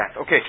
Okay